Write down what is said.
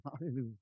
Hallelujah